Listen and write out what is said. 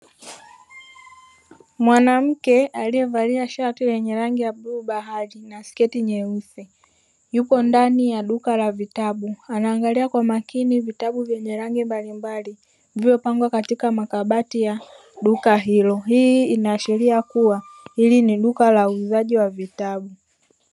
Mwanamke aliyevalia shati yenye rangi ya bluu bahari na sketi nyeusi yupo ndani ya duka la vitabu, anaangalia kwa makini vitabu vyenye rangi mbalimbali vilivyopangwa katika makabati hii inaashiria kuwa hili ni duka la uuzaji wa vitabu.